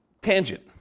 tangent